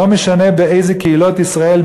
לא משנה באיזה קהילות ישראל,